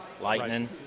lightning